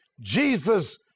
Jesus